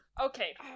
Okay